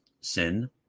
sin